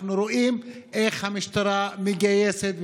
אנחנו רואים איך המשטרה מגייסת,